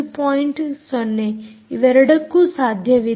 0 ಇವೆರಡಕ್ಕೂ ಸಾಧ್ಯವಿದೆ